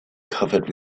covered